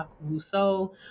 Rousseau